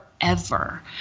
forever